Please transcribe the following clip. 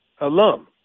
alum